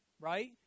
right